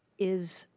is,